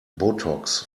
botox